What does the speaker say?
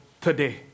today